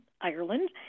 Ireland